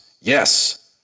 Yes